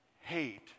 hate